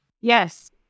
Yes